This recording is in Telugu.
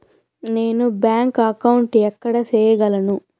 నేను బ్యాంక్ అకౌంటు ఎక్కడ సేయగలను